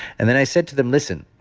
and then i said to them, listen,